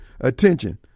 attention